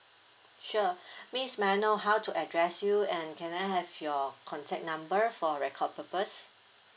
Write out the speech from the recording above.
sure miss may I know how to address you and can I have your contact number for record purpose